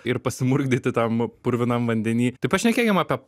ir pasimurkdyti tam purvinam vandeny tai pašnekėkim apie